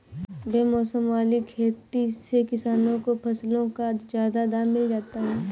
बेमौसम वाली खेती से किसानों को फसलों का ज्यादा दाम मिल जाता है